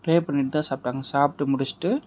pray பண்ணிட்டு தான் சாப்பிடாங்க சாப்பிட்டு முடிச்சிட்டு